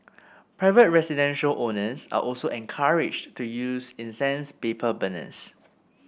private residential owners are also encouraged to use incense paper burners